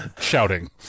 shouting